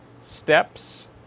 steps